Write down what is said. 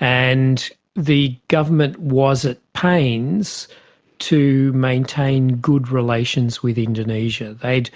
and the government was at pains to maintain good relations with indonesia. they'd